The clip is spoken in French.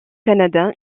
canada